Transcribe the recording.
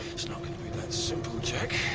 it's not gonna be that simple, jack.